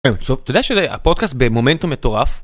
תודה שזה הפודקאסט במומנטום מטורף.